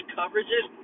coverages